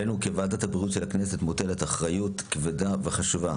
עלינו כוועדת הבריאות של הכנסת מוטלת אחריות כבדה וחשובה